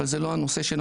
אבל זה לא הנושא שלנו,